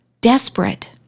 desperate